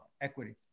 equity